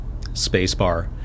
spacebar